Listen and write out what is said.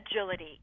agility